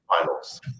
finals